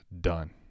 Done